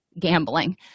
gambling